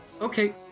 Okay